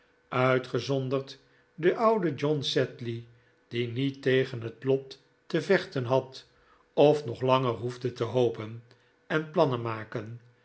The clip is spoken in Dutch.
uitgezonderd de oude john sedley die niet tegen het lot te vechten had of nog langer hoefde te hopen en plannen maken